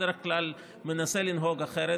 בדרך כלל אני מנסה לנהוג אחרת.